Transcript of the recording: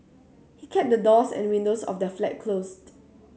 he kept the doors and windows of their flat closed